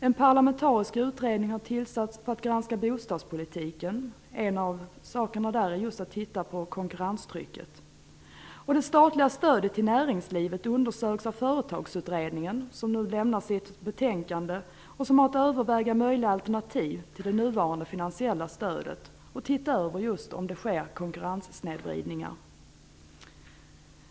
En parlamentarisk utredning har tillsatts för att granska bostadspolitiken, där en av uppgifterna är att se över konkurrenstrycket. Det statliga stödet till näringslivet undersöks av Företagsutredningen, som nu lämnar sitt betänkande. Utredningen har att överväga möjliga alternativ till det nuvarande finansiella stödet och att just se över eventuella konkurrenssnedvridningar.